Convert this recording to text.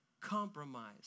compromise